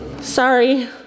Sorry